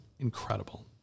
incredible